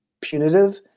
punitive